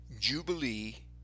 Jubilee